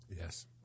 Yes